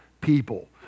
people